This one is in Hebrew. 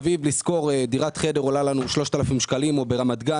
לשכור דירת חדר בתל אביב עולה 3,000 שקל או ברמת גן,